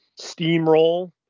steamroll